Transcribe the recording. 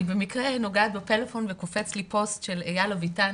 אני במקרה נוגעת בפלאפון וקופץ לי פוסט של אייל אביטן